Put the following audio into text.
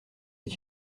est